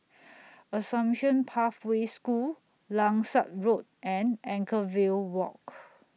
Assumption Pathway School Langsat Road and Anchorvale Walk